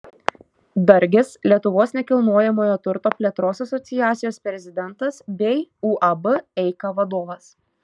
dargis lietuvos nekilnojamojo turto plėtros asociacijos prezidentas bei uab eika vadovas